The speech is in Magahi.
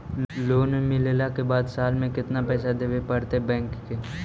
लोन मिलला के बाद साल में केतना पैसा देबे पड़तै बैक के?